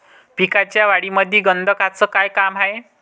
पिकाच्या वाढीमंदी गंधकाचं का काम हाये?